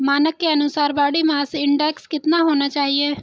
मानक के अनुसार बॉडी मास इंडेक्स कितना होना चाहिए?